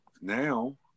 now